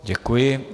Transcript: Děkuji.